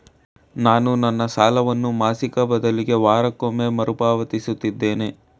ನಾನು ನನ್ನ ಸಾಲವನ್ನು ಮಾಸಿಕ ಬದಲಿಗೆ ವಾರಕ್ಕೊಮ್ಮೆ ಮರುಪಾವತಿಸುತ್ತಿದ್ದೇನೆ